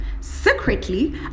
Secretly